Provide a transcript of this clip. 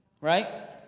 Right